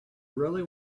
really